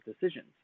decisions